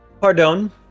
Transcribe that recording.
pardon